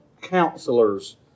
counselors